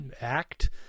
act